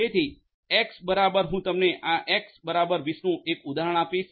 તેથી એક્સ બરાબર હું તમને આ એક્સ બરાબર 20 નું એક ઉદાહરણ આપીશ